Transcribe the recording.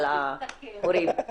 על ההורים.